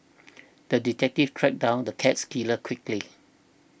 the detective tracked down the cats killer quickly